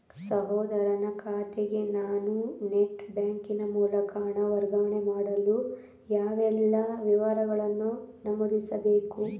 ಸಹೋದರನ ಖಾತೆಗೆ ನಾನು ನೆಟ್ ಬ್ಯಾಂಕಿನ ಮೂಲಕ ಹಣ ವರ್ಗಾವಣೆ ಮಾಡಲು ಯಾವೆಲ್ಲ ವಿವರಗಳನ್ನು ನಮೂದಿಸಬೇಕು?